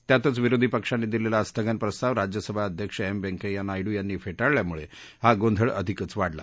त्यातच विरोधी पक्षांनी दिलेला स्थगन प्रस्ताव राज्यसभा अध्यक्ष एम व्यंकय्या नायडू यांनी फेटाळल्यामुळे हा गोंधळ अधिकच वाढला